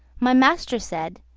my master said,